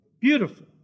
Beautiful